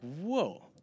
whoa